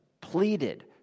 pleaded